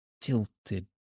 tilted